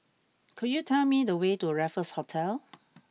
could you tell me the way to Raffles Hotel